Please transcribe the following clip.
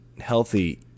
healthy